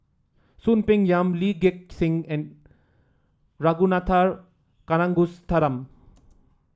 Soon Peng Yam Lee Gek Seng and Ragunathar Kanagasuntheram